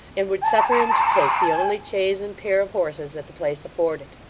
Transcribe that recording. and would suffer him to take the only chaise and pair of horses that the place afforded.